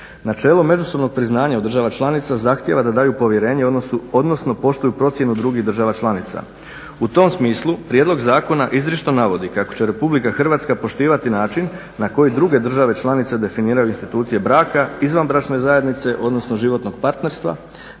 Načelo međusobnog priznanja od država članica zahtjeva da daju povjerenje odnosno poštuju procjenu drugih država članica. U tom smislu prijedlog zakona izričito navodi kako će RH poštivati način na koje druge države članice definiraju institucije braka, izvanbračne zajednice odnosno životnog partnerstva